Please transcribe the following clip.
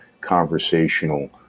conversational